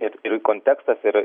ir kontekstas ir